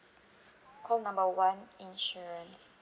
call number one insurance